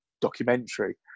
documentary